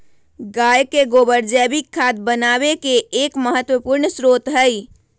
गाय के गोबर जैविक खाद बनावे के एक महत्वपूर्ण स्रोत हई